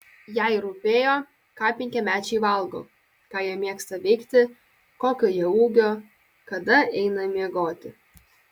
jai rūpėjo ką penkiamečiai valgo ką jie mėgsta veikti kokio jie ūgio kada eina miegoti